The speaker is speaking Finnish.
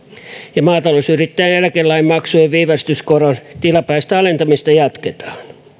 ja maatalousyrittäjien eläkelain maksujen viivästyskoron tilapäistä alentamista jatketaan